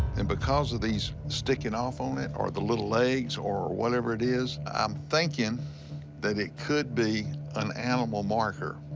and because of these sticking off on it, or the little legs, or whatever it is, i'm thinking that it could be an animal marker.